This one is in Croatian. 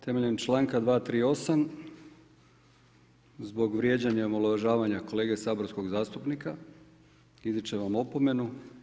Temeljem članka 238. zbog vrijeđanja i omalovažavanja kolege saborskog zastupnika izričem vam opomenu.